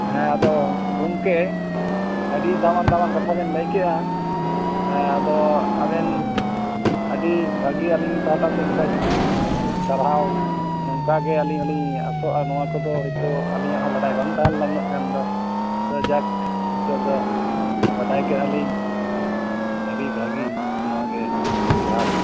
ᱦᱮᱸ ᱟᱫᱚ ᱜᱚᱝᱠᱮ ᱟᱹᱰᱤ ᱫᱟᱢᱟᱱᱼᱫᱟᱢᱟᱱ ᱠᱟᱛᱷᱟ ᱵᱮᱱ ᱞᱟᱹᱭᱠᱮᱫᱟ ᱟᱫᱚ ᱟᱵᱮᱱ ᱟᱹᱰᱤ ᱵᱷᱟᱹᱜᱤ ᱟᱹᱞᱤᱧ ᱯᱟᱦᱟᱴᱟ ᱥᱮᱫ ᱠᱷᱚᱱ ᱥᱟᱨᱦᱟᱣ ᱱᱚᱝᱠᱟ ᱜᱮ ᱟᱹᱞᱤᱧ ᱦᱚᱞᱤᱧ ᱟᱥᱚᱜᱼᱟ ᱱᱚᱣᱟ ᱠᱚᱫᱚ ᱦᱳᱭᱛᱳ ᱟᱹᱞᱤᱧᱟᱜ ᱦᱚᱸ ᱵᱟᱰᱟᱭ ᱵᱟᱝ ᱛᱟᱦᱮᱸ ᱞᱮᱱᱟ ᱱᱩᱱᱟᱹᱜ ᱜᱟᱱ ᱫᱚ ᱛᱳ ᱡᱟᱠ ᱱᱤᱛᱳᱜ ᱫᱚ ᱵᱟᱰᱟᱭ ᱠᱮᱫᱟᱞᱤᱧ ᱟᱹᱰᱤ ᱵᱷᱟᱹᱜᱤ ᱱᱚᱣᱟ ᱜᱮ ᱦᱚᱡᱟᱨ